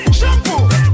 shampoo